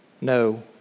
no